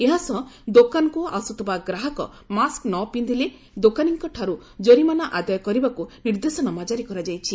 ଏହାସହ ଦୋକାନକୁ ଆସୁଥିବା ଗ୍ରାହକ ମାସ୍କ ନ ପିକ୍ଷିଲେ ଦୋକାନୀଙ୍କଠାରୁ ଜରିମାନା ଆଦାୟ କରିବାକୁ ନିର୍ଦ୍ଦେଶନାମା ଜାରି କରାଯାଇଛି